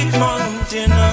mountain